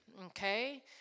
Okay